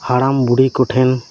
ᱦᱟᱲᱟᱢ ᱵᱩᱲᱦᱤ ᱠᱚᱴᱷᱮᱱ